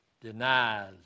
denies